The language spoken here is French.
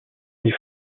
les